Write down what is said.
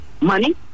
money